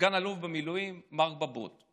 סגן אלוף במיל' מרק בבוט.